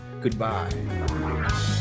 Goodbye